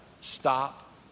stop